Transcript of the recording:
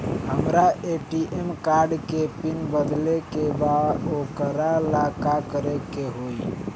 हमरा ATM card के pin बदले के बा वोकरा ला का करे के होई?